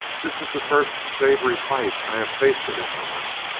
this is the first savory fight i have tasted in england,